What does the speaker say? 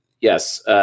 yes